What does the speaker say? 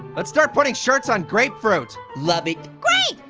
let's start putting shirts on grapefruit. love it. great!